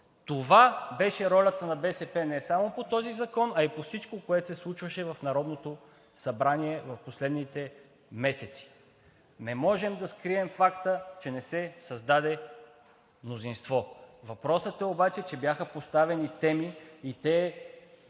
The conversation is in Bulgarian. Това беше ролята на БСП не само по този закон, а по всичко, което се случваше в Народното събрание в последните месеци. Не можем да скрием факта, че не се създаде мнозинство. Въпросът е обаче, че бяха поставени теми и те